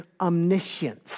omniscience